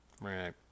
Right